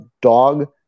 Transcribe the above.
dog